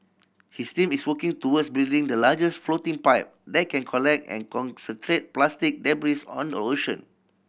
his team is working towards building the largest floating pipe that can collect and concentrate plastic debris on the ocean